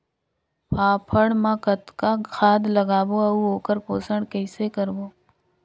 फाफण मा कतना खाद लगाबो अउ ओकर पोषण कइसे करबो?